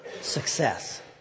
success